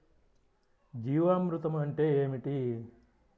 జీవామృతం అంటే ఏమిటి?